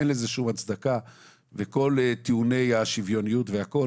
אין לזה שום הצדקה וכל טיעוני השוויוניות והכול,